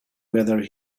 weather